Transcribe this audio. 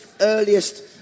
earliest